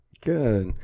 Good